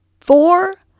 four